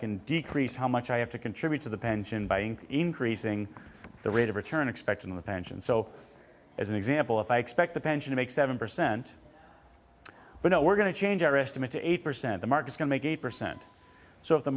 can decrease how much i have to contribute to the pension buying increasing the rate of return expected in the pension so as an example if i expect the pension to make seven percent but now we're going to change our estimate to eight percent the market can make eight percent so if the